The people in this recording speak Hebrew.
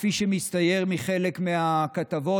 כפי שמצטייר מחלק מהכתבות,